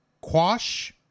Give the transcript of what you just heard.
quash